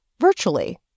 virtually